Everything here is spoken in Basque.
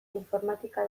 informatika